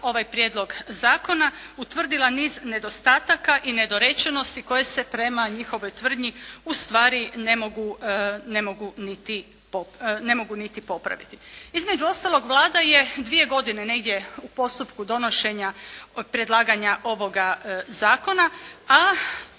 ovaj Prijedlog zakona utvrdila niz nedostataka i nedorečenosti koje se prema njihovoj tvrdnji ustvari ne mogu niti popraviti. Između ostalog Vlada je dvije godine negdje u postupku donošenja predlaganja ovoga Zakona, a